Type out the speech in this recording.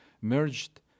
merged